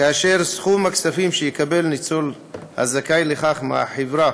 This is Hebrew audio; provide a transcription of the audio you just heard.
כאשר סכום הכסף שיקבל ניצול הזכאי לכך מהחברה